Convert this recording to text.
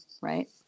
right